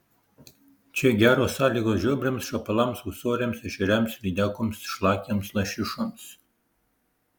čia geros sąlygos žiobriams šapalams ūsoriams ešeriams lydekoms šlakiams lašišoms